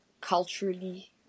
culturally